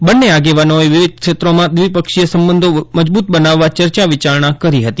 બંને આગેવાનોએ વિવિધ ક્ષેત્રોમાં દ્વીપક્ષીય સંબંધો મજબૂત બનાવવા ચર્ચાવિચારણા કરી હતી